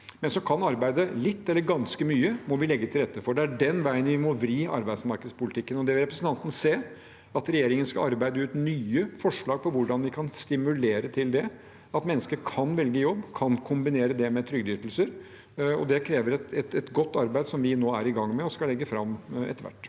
men som kan arbeide litt eller ganske mye, må vi legge til rette for. Det er den veien vi må vri arbeidsmarkedspolitikken. Representanten vil se at regjeringen skal arbeide ut nye forslag til hvordan vi kan stimulere til at mennesker kan velge jobb og kombinere det med trygdeytelser. Det krever et godt arbeid som vi nå er i gang med og skal legge fram etter hvert.